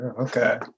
okay